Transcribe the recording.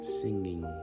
singing